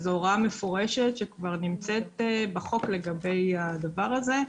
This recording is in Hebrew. וזאת הוראה מפורשת שכבר נמצאת בחוק לגבי הדבר הזה,